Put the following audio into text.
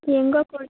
ಹೇಗೋ ಕೊಡಿ